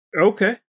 Okay